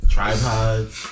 Tripods